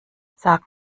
sag